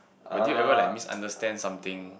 but do you ever like misunderstand something